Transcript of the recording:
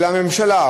והממשלה,